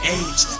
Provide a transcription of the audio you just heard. age